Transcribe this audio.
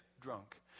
drunk